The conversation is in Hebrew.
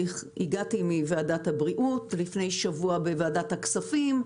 הגעתי מוועדת הבריאות ולפני שבוע הייתי בוועדת הכספים.